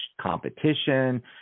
competition